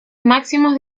máximos